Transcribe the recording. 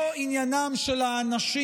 לא עניינם של האנשים,